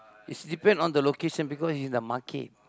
it depends on the location because it's a market